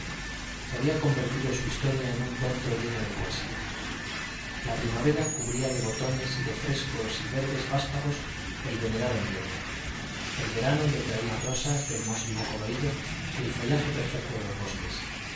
que ha convertido su historia en un cuento lleno de poesía la primavera cubría de botones y de frescos y verdes vástagos el venerado emblema el verano le traía rosas del más vivo colorido y el follaje perfecto de los bosques